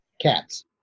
Cats